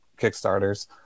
Kickstarters